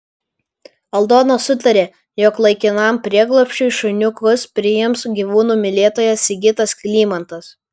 aldona sutarė jog laikinam prieglobsčiui šuniukus priims gyvūnų mylėtojas sigitas klymantas